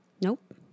Nope